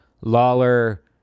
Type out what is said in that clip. Lawler